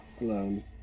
alone